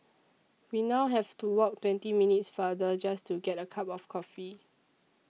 we now have to walk twenty minutes farther just to get a cup of coffee